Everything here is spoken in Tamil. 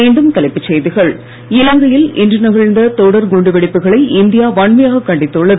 மீண்டும் தலைப்புச் செய்திகள் இலங்கையில் இன்று நிகழ்ந்த தொடர் குண்டு வெடிப்புகளை இந்தியா வன்மையாகக் கண்டித்துள்ளது